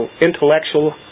intellectual